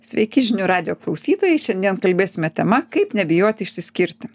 sveiki žinių radijo klausytojai šiandien kalbėsime tema kaip nebijoti išsiskirti